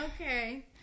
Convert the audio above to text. Okay